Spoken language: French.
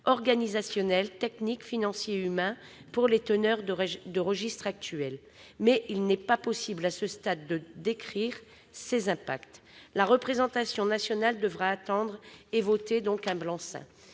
organisationnelles, techniques, financières et humaines pour les teneurs des registres actuels. Mais il n'est pas possible à ce stade de décrire ces incidences. La représentation nationale devra attendre et voter un blanc-seing.